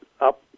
up